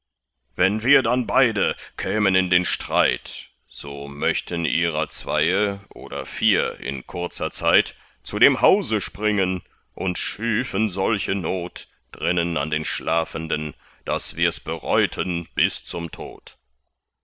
wenn wir dann beide kämen in den streit so möchten ihrer zweie oder vier in kurzer zeit zu dem hause springen und schüfen solche not drinnen an den schlafenden daß wirs bereuten bis zum tod